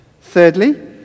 Thirdly